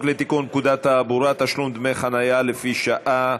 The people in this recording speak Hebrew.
לתיקון פקודת התעבורה (תשלום דמי חניה לפי שעה),